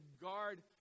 guard